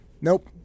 nope